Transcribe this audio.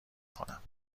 کنم